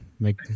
Make